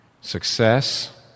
success